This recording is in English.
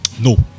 No